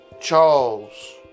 Charles